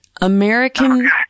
American